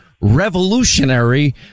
revolutionary